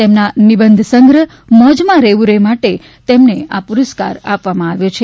તેમના નિબંધસંગ્રહ મોજમાં રેવુ રે માટે તેમને આ પુરસ્કાર આપવામા આવ્યો છે